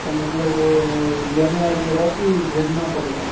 क्या मतलब लेने आइएगा कि भेजना पड़ेगा